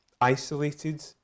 isolated